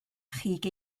chig